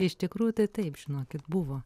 iš tikrųjų tai taip žinokit buvo